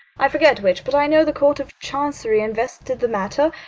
i forget which, but i know the court of chancery investigated the matter,